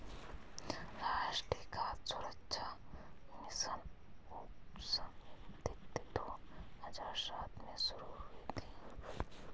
राष्ट्रीय खाद्य सुरक्षा मिशन उपसमिति दो हजार सात में शुरू हुई थी